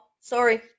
Sorry